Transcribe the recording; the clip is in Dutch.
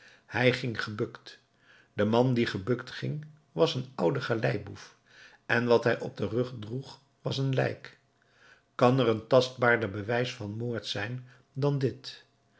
hij ging gebukt de man die gebukt ging was een oude galeiboef en wat hij op den rug droeg was een lijk kan er een tastbaarder bewijs van moord zijn dan dit